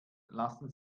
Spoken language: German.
lassen